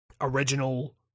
original